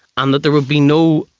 and that there would be no,